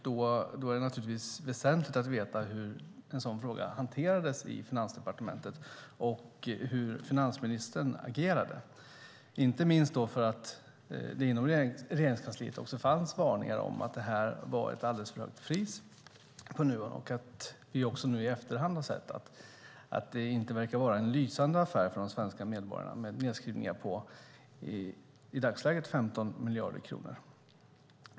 Då är det naturligtvis väsentligt att få veta hur en sådan fråga hanterades i Finansdepartementet och hur finansministern agerade, inte minst därför att det inom Regeringskansliet fanns varningar om att priset för Nuon var alldeles för högt och att vi i efterhand har sett att det inte verkar vara en lysande affär för de svenska medborgarna, med nedskrivningar på i dagsläget 15 miljarder kronor.